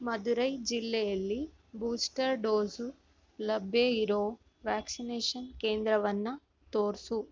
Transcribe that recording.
ಮಧುರೈ ಜಿಲ್ಲೆಯಲ್ಲಿ booster dose ಲಭ್ಯ ಇರೋ ವ್ಯಾಕ್ಸಿನೇಷನ್ ಕೇಂದ್ರವನ್ನು ತೋರಿಸು